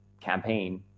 campaign